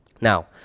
Now